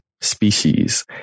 species